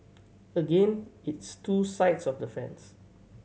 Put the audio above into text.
again it's two sides of the fence